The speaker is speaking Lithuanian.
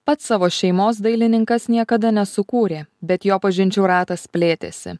pats savo šeimos dailininkas niekada nesukūrė bet jo pažinčių ratas plėtėsi